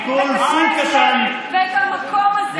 עם כל סוג קטן, ואת המקום הזה.